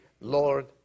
Lord